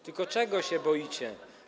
Tylko czego się boicie?